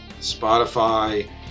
Spotify